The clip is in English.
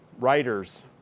writers